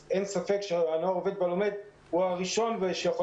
אז אין ספק שהנוער העובד והלומד הוא הראשון שיכול